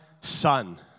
son